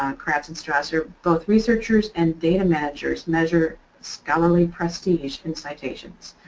um kratz and strasser, both researchers and data managers measure scholarly prestige in citations.